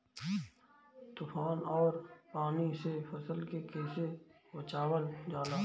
तुफान और पानी से फसल के कईसे बचावल जाला?